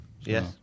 Yes